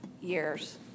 years